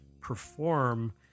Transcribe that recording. perform